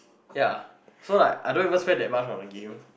ya so like I don't even spend that much on a game